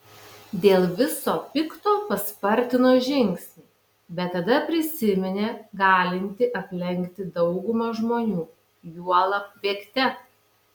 dėl viso pikto paspartino žingsnį bet tada prisiminė galinti aplenkti daugumą žmonių juolab bėgte